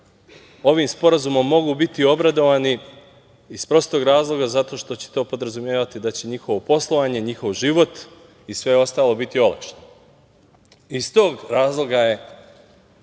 ovim sporazumom mogu biti obradovani iz prostog razloga zato što će to podrazumevati da će njihovo poslovanje, njihov život i sve ostalo biti olakšano. Iz tog razloga je